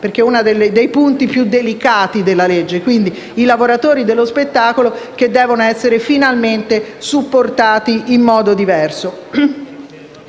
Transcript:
perché contiene uno dei punti più delicati della legge. I lavoratori dello spettacolo devono essere finalmente supportati in modo diverso.